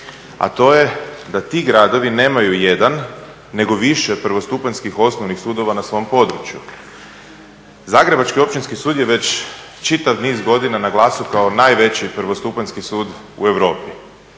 a to je da ti gradovi nemaju jedan nego više prvostupanjskih osnovnih sudova na svom području. Zagrebački općinski sud je već čitav niz godina na glasu kao najveći prvostupanjski sud u Europi.